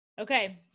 Okay